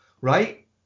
Right